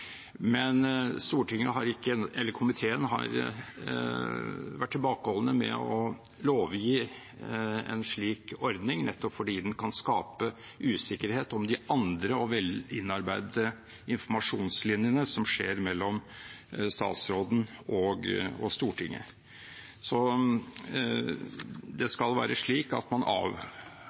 komiteen har vært tilbakeholden med å lovgi en slik ordning, nettopp fordi den kan skape usikkerhet om de andre og vel innarbeidede informasjonslinjene som eksisterer mellom statsråden og Stortinget. Det skal være slik at man